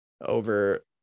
over